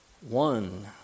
one